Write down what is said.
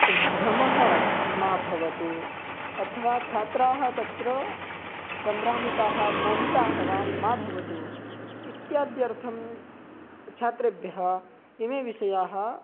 भ्रमः मा भवतु अथवा छात्राः तत्र संभ्रमिताः मोहिताः वा मा भवतु इत्यर्थं छात्रेभ्यः इमे विषयाः